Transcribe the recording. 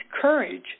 courage